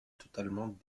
totalement